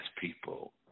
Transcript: people